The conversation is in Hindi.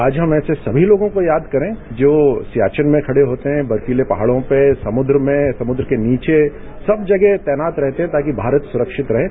आज हम ऐसे सभी लोगों को याद करें जो सियाचिन में खड़े होते हैं बर्फीले पहाड़ों पर समुद्र में समुद्र के नीचे सब जगह तैनात रहते है ताकि भारत सुरक्षित रहें